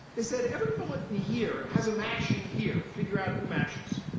they said, every bullet in here has a match in here. figure out who matches.